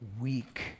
weak